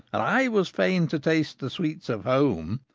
and i was fain to taste the sweets of home,